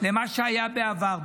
למה שהיה בעבר.